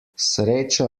sreča